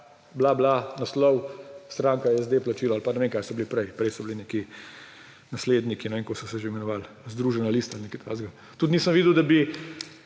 bla bla, naslov, stranka SD, plačilo, ali pa ne vem, kaj so bili prej, prej so bili neki nasledniki, ne vem, kako so se že imenovali, Združena lista, nekaj takega. Tudi nisem videl, da bi